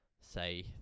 say